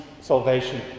salvation